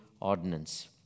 ordinance